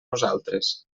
nosaltres